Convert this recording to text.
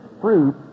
fruit